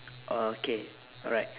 okay alright